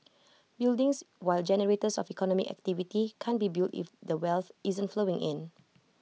buildings while generators of economic activity can't be built if the wealth isn't flowing in